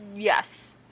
Yes